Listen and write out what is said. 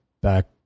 back